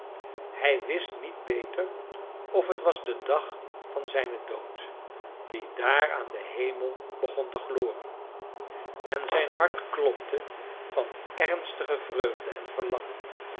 hij wist niet beter of het was de dag van zijnen dood die daar aan den hemel begon te gloren en zijn hart klopte van ernstige vreugde en verlangen